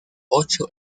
ocho